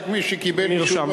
רק מי שקיבל רשות בוועדה.